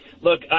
Look